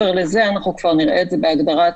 אנחנו רוצים את ההגדרה